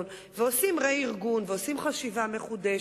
ועושים רה-ארגון ועושים חשיבה מחודשת,